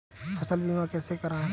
फसल बीमा कैसे कराएँ?